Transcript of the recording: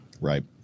Right